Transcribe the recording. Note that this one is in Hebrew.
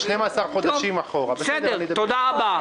תודה רבה.